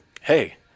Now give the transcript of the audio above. hey